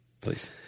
please